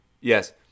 Yes